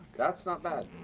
that's not bad.